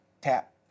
tap